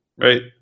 right